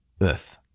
earth